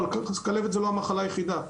אבל כלבת זו לא המחלה היחידה,